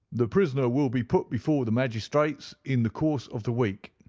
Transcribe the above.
the prisoner will be put before the magistrates in the course of the week,